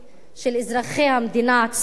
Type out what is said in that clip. של אזרחי המדינה עצמם.